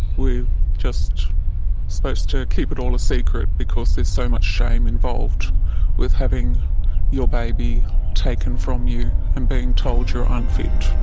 we're just supposed to keep it all a secret because there's so much shame involved with having your baby taken from you and being told you're unfit.